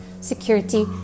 security